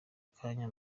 kanya